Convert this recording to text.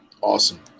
awesome